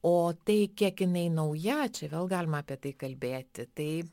o tai kiek jinai nauja čia vėl galima apie tai kalbėti tai